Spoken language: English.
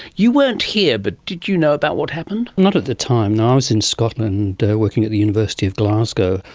you weren't hear but did you know about what happened? not at the time, no, i was in scotland working at the university of glasgow.